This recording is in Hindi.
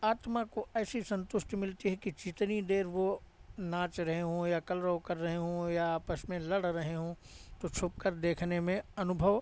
आत्मा को ऐसी संतुष्टि मिलती है कि जितनी देर वो नाच रहे हों या कलरव कर रहे हों या आपस में लड़ रहे हों तो छुपकर देखने में अनुभव